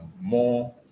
more